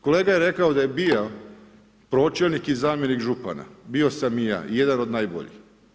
Kolega je rekao da je bio pročelnik i zamjenik župana, bio sam i ja, jedan od najboljih.